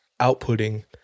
outputting